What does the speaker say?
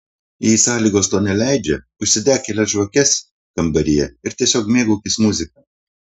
jei sąlygos to neleidžia užsidek kelias žvakes kambaryje ir tiesiog mėgaukis muzika